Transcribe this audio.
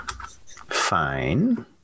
fine